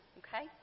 okay